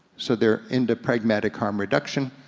so they're into pragmatic harm reduction,